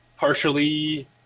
partially